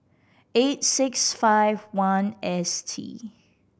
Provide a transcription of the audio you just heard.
eight six five one S T